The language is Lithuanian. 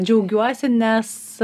džiaugiuosi nes